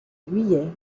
guiers